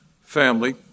family